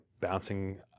bouncing